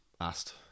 asked